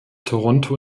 toronto